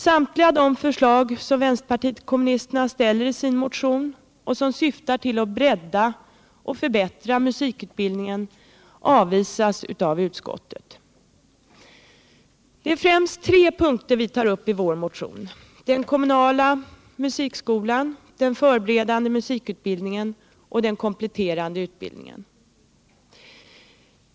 Samtliga de förslag som vänsterpartiet kommunisterna ställer i sin motion och som syftar till att bredda och förbättra musikutbildningen avvisas av utskottet. Det är främst tre punkter vi tar upp i vår motion, nämligen den kommunala musikskolan, den förberedande musikutbildningen och den kompletterande utbildningen.